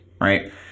right